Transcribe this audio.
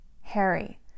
Harry